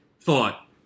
thought